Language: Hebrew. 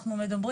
אתם מדברים